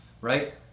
right